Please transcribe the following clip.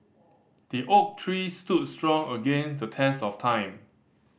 the oak tree stood strong against the test of time